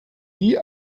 die